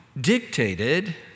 dictated